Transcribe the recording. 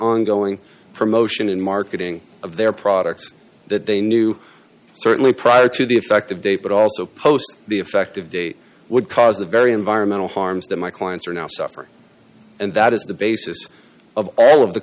ongoing promotion and marketing of their products that they knew certainly prior to the effective date but also post the effective date would cause the very environmental harms that my clients are now suffering and that is the basis of all of the